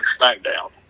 SmackDown